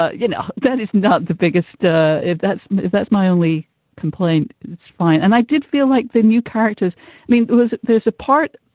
ah you know, that is not the biggest. ah if that's if that's my only complaint, that's fine. and i did feel like the new characters i mean, it was there's a part.